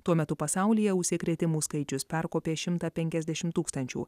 tuo metu pasaulyje užsikrėtimų skaičius perkopė šimtą penkiasdešimt tūkstančių